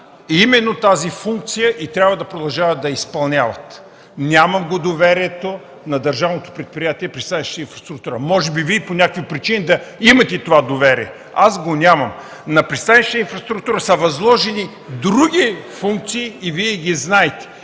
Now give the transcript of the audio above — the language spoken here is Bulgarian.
имат тази функция и трябва да продължават да я изпълняват. Нямам доверие на Държавно предприятие „Пристанищна инфраструктура”. Може би Вие по някакви причини да имате това доверие – аз го нямам. На „Пристанищна инфраструктура” са възложени други функции и Вие ги знаете